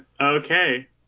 Okay